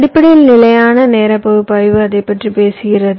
அடிப்படையில் நிலையான நேர பகுப்பாய்வு அதைப் பற்றி பேசுகிறது